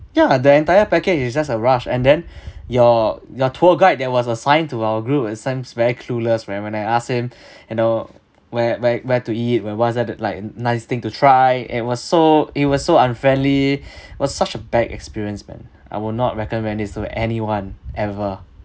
ya the entire package is just a rush and then your your tour guide that was assigned to our group it seems very clueless right when I asked him you know where where where to eat where was that like nice thing to try it was so it was so unfriendly was such a bad experience man I will not recommend this to anyone ever